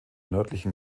nördlichen